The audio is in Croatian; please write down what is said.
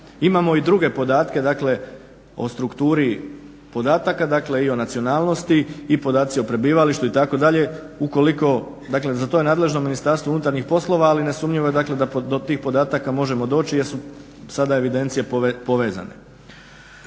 Imamo i druge podatke, o strukturi podataka i o nacionalnosti i podaci o prebivalištu itd. Dakle za to je nadležno Ministarstvo unutarnji poslova ali nesumnjivo je da do tih podataka možemo doći jer su sasa evidencije povezane.